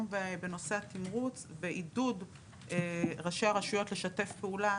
בנושא תמרוץ ועידוד ראשי הרשויות לשתף פעולה.